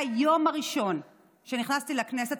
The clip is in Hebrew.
מהיום הראשון שנכנסתי לכנסת,